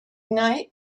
night